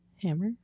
Hammer